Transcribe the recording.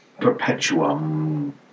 Perpetuum